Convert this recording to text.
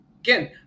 again